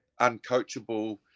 uncoachable